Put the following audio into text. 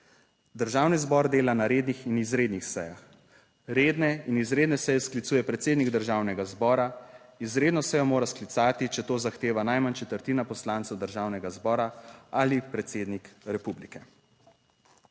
"Državni zbor dela na rednih in izrednih sejah. Redne in izredne seje sklicuje predsednik Državnega zbora, izredno sejo mora sklicati, če to zahteva najmanj četrtina poslancev Državnega zbora ali predsednik republike."